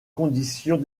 conditions